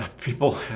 People